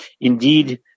Indeed